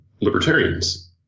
libertarians